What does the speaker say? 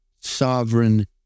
sovereign